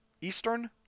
Eastern